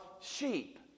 sheep